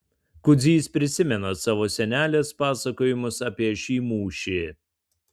kudzys prisimena savo senelės pasakojimus apie šį mūšį